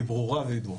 היא ברורה וידועה.